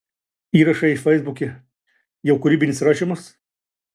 įrašai feisbuke jau kūrybinis rašymas